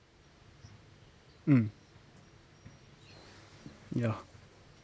mm ya